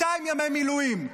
200 ימי מילואים.